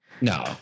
No